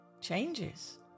changes